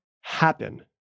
happen